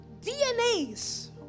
DNA's